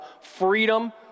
freedom